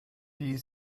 die